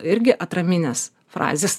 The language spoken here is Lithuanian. irgi atraminės frazės